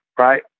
Right